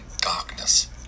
darkness